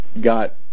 got